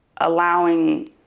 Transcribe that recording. allowing